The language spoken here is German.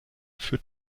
für